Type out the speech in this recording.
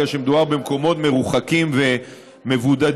בגלל שמדובר במקומות מרוחקים ומבודדים.